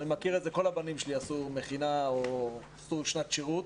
ואני מכיר את זה וכל הבנים שלי עשו מכינה או שנת שירות,